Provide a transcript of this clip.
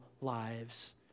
lives